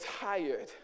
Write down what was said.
tired